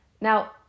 Now